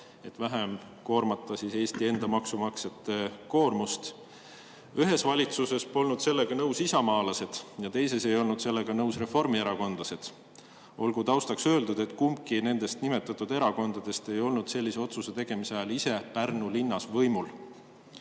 et vähem koormata Eesti enda maksumaksjaid. Ühes valitsuses polnud sellega nõus isamaalased ja teises ei olnud sellega nõus reformierakondlased. Olgu taustaks öeldud, et kumbki nendest nimetatud erakondadest ei olnud sellise otsuse tegemise ajal ise Pärnu linnas võimul.